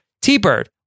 t-bird